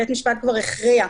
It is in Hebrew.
בית משפט כבר הכריע.